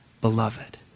beloved